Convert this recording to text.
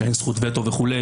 כשאין זכות וטו וכו',